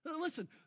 listen